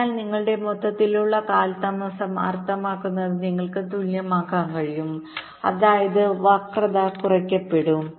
അതിനാൽ നിങ്ങളുടെ മൊത്തത്തിലുള്ള കാലതാമസം അർത്ഥമാക്കുന്നത് നിങ്ങൾക്ക് തുല്യമാക്കാൻ കഴിയും അതായത് വക്രത കുറയ്ക്കപ്പെടും